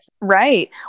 Right